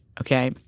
okay